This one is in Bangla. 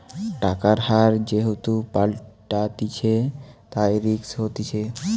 টাকার হার যেহেতু পাল্টাতিছে, তাই রিস্ক হতিছে